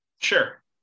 Sure